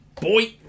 Boy